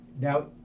Now